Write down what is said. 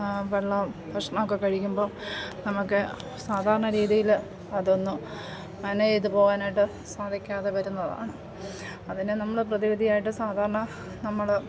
വെള്ളവും ഭക്ഷണവുമൊക്കെ കഴിക്കുമ്പോൾ നമുക്ക് സാധാരണ രീതിയിൽ അതൊന്നും മാനേജ് ചെയ്തു പോവാനായിട്ട് സാധിക്കാതെ വരുന്നതാണ് അതിനെ നമ്മൾ പ്രതിവിധിയായിട്ട് സാധാരണ നമ്മൾ